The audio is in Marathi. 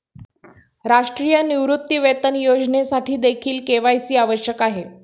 राष्ट्रीय निवृत्तीवेतन योजनेसाठीदेखील के.वाय.सी आवश्यक आहे